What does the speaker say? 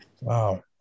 Wow